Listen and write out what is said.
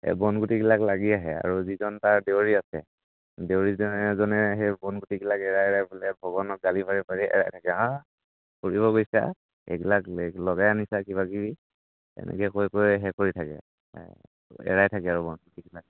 এই বন গুটিবিলাক লাগি আহে আৰু যিজন তাৰ দেউৰী আছে দেউৰীজনে জনে সেই বন গুটিবিলাক এৰাই এৰাই বোলে ভগৱানক গালি পাৰি পাৰি এৰাই থাকে ফুৰিব গৈছা এইবিলাক লে লগাই আনিছা কিবা কিবি তেনেকৈ কৈ কৈ হেৰি কৰি থাকে এৰাই থাকে আৰু বন গুটিবিলাক